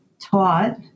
taught